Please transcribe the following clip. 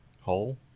Hole